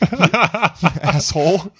asshole